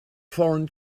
foreign